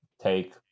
take